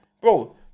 Bro